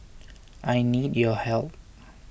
I need your help